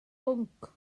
bwnc